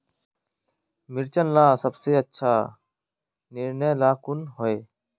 मिर्चन ला सबसे अच्छा निर्णय ला कुन होई?